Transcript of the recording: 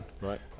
Right